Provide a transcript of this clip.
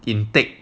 intake